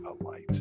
alight